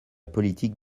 politique